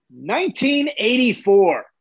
1984